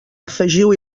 afegiu